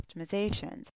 optimizations